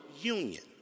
union